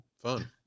Fun